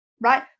Right